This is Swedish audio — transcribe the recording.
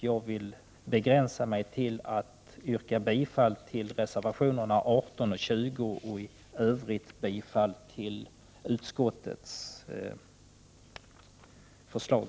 Jag begränsar mig till att yrka bifall till reservationerna 18 och 20 och i övrigt bifall till utskottets förslag.